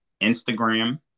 Instagram